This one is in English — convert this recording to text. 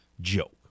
joke